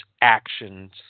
actions